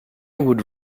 would